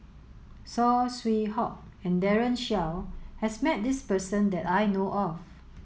Saw Swee Hock and Daren Shiau has met this person that I know of